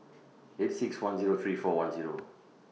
eight six one Zero three four one Zero